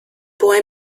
boy